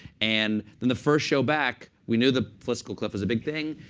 and then the first show back, we knew the fiscal cliff was a big thing.